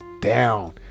down